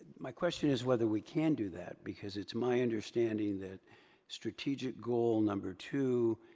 my question is whether we can do that, because it's my understanding that strategic goal number two,